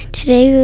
Today